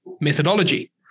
methodology